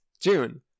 June